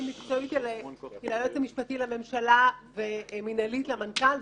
היא ליועץ המשפטי לממשלה ומנהלית למנכ"ל,